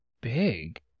big